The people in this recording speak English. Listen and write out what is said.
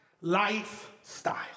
Lifestyle